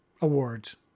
Awards